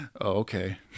Okay